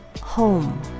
home